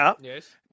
Yes